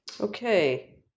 Okay